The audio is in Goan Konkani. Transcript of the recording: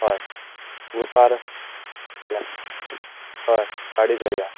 हय ग्रुपार हय गाडी करुया